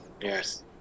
yes